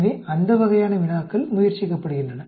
எனவே அந்த வகையான வினாக்கள் முயற்சிக்கப்படுகின்றன